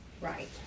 right